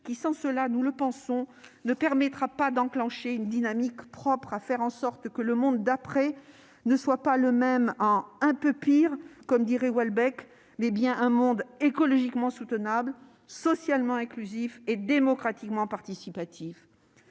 qui, sans cela, nous le pensons, ne permettra pas d'enclencher une dynamique propre à faire en sorte que le monde d'après ne soit pas le même que celui d'avant « en un peu pire », comme dirait Houellebecq, mais un monde écologiquement soutenable, socialement inclusif et démocratiquement participatif.